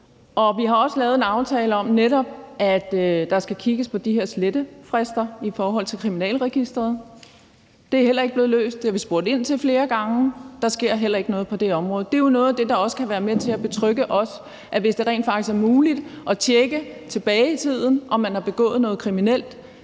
Vi har også lavet en aftale om, at der netop skal kigges på de her slettefrister i forhold til Kriminalregisteret. Det er heller ikke blevet løst, og det har vi spurgt ind til flere gange. Der sker heller ikke noget på det område. Det er jo noget af det, der også kan være med til at betrygge os, nemlig at hvis det rent faktisk er muligt at tjekke tilbage i tiden, om en person har begået noget kriminelt,